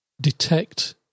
detect